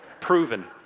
Proven